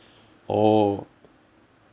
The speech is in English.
oh